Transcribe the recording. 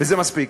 וזה מספיק.